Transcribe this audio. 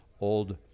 old